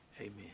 Amen